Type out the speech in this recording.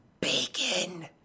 bacon